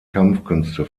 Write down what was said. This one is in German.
kampfkünste